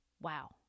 Wow